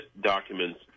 documents